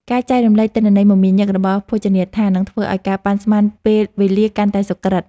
ការចែករំលែកទិន្នន័យមមាញឹករបស់ភោជនីយដ្ឋាន នឹងធ្វើឱ្យការប៉ាន់ស្មានពេលវេលាកាន់តែសុក្រឹត។